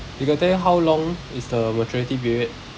they got tell you how long is the maturity period